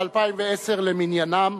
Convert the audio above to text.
למניינם.